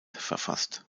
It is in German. verfasst